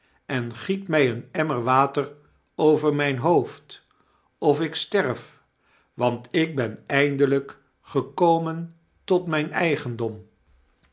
giet my een emmer water over myn hoofd of ik sterf want ik ben eindelyk gekomen tot myn eigendom